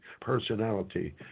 personality